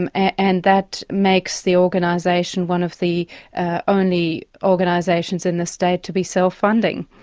and and that makes the organisation one of the ah only organisations in the state to be self-funding.